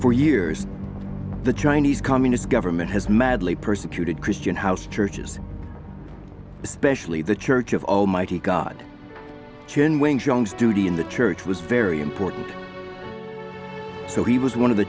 for years the chinese communist government has madly persecuted christian house churches especially the church of almighty god young's duty in the church was very important so he was one of the